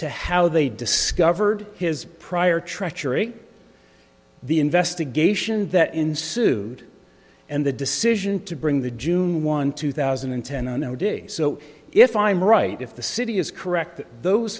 to how they discovered his prior treachery the investigation that ensued and the decision to bring the june one two thousand and ten a no day so if i'm right if the city is correct those